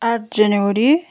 आठ जनवरी